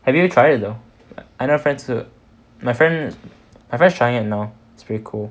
have you tried it though I have friends who my friend my friend's trying it now